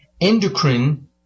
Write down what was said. endocrine